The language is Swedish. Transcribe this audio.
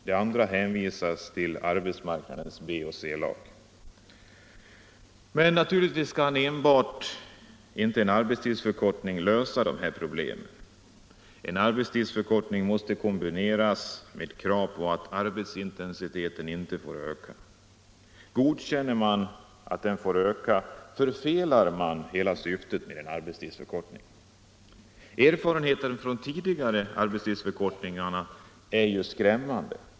De andra hänvisas till arbetsmarknadens B och C-lag. Naturligtvis kan enbart en arbetstidsförkortning inte lösa de här problemen. En arbetstidsförkortning måste kombineras med krav på att arbetsintensiteten inte skall öka. Godkänner man att den får öka, förfelar man hela syftet med en arbetstidsförkortning. Erfarenheterna från tidigare arbetstidsförkortningar är skrämmande.